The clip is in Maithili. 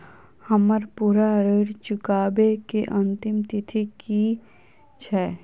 हम्मर पूरा ऋण चुकाबै केँ अंतिम तिथि की छै?